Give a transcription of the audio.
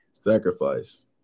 sacrifice